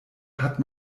hat